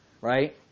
right